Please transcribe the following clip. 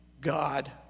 God